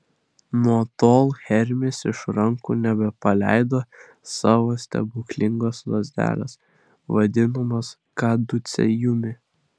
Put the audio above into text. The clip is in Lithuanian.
nuo tol hermis iš rankų nebepaleido savo stebuklingos lazdelės vadinamos kaducėjumi